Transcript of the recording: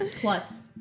plus